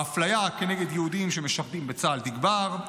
האפליה נגד יהודים שמשרתים בצה"ל תגבר,